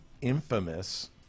infamous